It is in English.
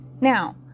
now